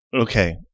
Okay